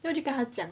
then 我就跟他讲